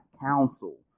counsel